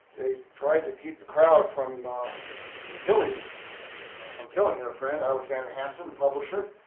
they tried to keep the crowd from and killing from killing their friend, alexander hansen, and publisher